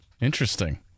interesting